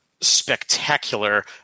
spectacular